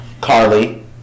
Carly